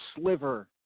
sliver